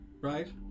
right